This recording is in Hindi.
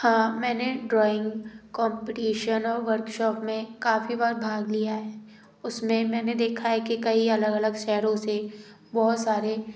हाँ मैंने ड्राॅइंग कॉम्पटीशन और वर्कशॉप में काफी बार भाग लिया है उसमें मैंने देखा है कि कई अलग अलग शहरों से बहुत सारे